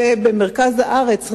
ובמרכז הארץ,